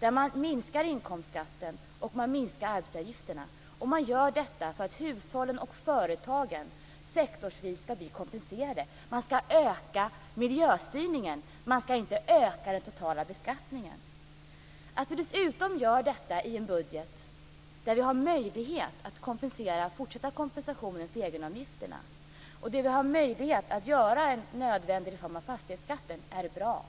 där man minskar inkomstskatten och där man minskar arbetsgivaravgifterna, och man gör detta för att hushållen och företagen sektorsvis ska bli kompenserade. Man ska öka miljöstyrningen, man ska inte öka den totala beskattningen. Att vi dessutom gör detta i en budget där vi har möjlighet att fortsätta kompensera för egenavgifterna och där vi har möjlighet att göra en nödvändig reform av fastighetsskatten är bra.